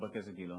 חבר הכנסת גילאון.